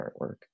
artwork